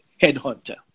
headhunter